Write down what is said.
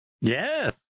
Yes